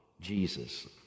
Jesus